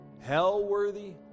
hell-worthy